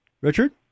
Richard